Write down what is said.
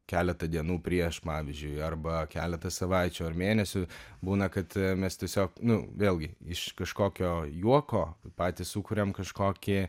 keletą dienų prieš pavyzdžiui arba keletą savaičių ar mėnesių būna kad mes tiesiog nu vėlgi iš kažkokio juoko patys sukuriam kažkokį